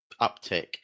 uptick